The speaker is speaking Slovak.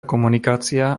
komunikácia